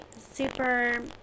super